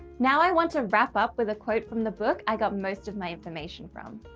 now i want to wrap up with a quote from the book i got most of my information from.